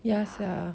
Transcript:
ya